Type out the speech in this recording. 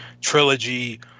trilogy